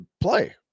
play